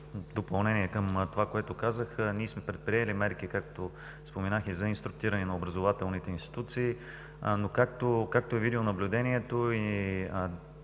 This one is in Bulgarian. допълнение към това, което казах. Ние сме предприели мерки, както споменах, и за инструктиране на образователните институции. Както видеонаблюдението и